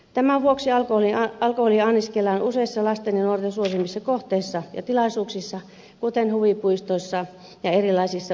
tämän vuoksi alkoholia anniskellaan useissa lasten ja nuorten suosimissa kohteissa ja tilaisuuksissa kuten huvipuistoissa ja erilaisissa urheilutapahtumissa